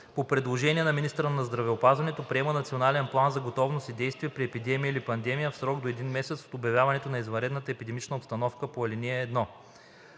по предложение на министъра на здравеопазването приема Национален план за готовност и действие при епидемия или пандемия в срок до един месец от обявяването на извънредната епидемична обстановка по ал. 1.